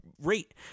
rate